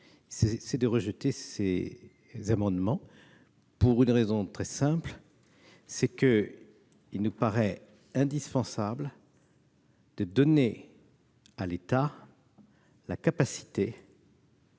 de rejeter ces amendements, pour une raison très simple : il nous paraît indispensable de donner à l'État la capacité